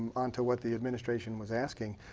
on to what the administration was asking.